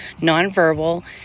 nonverbal